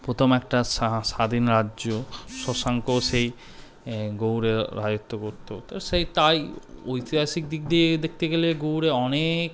প্রথম একটা স্বাধীন রাজ্য শশাঙ্ক সেই গৌড়ে রাজত্ব করত তো সেই তাই ঐতিহাসিক দিক দিয়ে দেখতে গেলে গৌড়ে অনেক